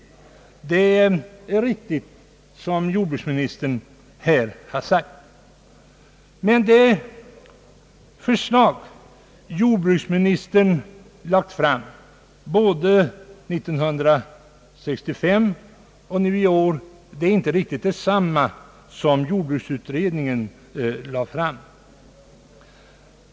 Men det förslag som jordbruksministern har lagt fram både 1965 och nu i år är inte riktigt detsamma som det jordbruksutredningen lade fram.